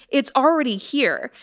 it's already here.